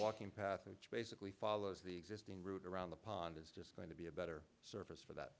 walking path which basically follows the existing route around the pond is just going to be a better surface for that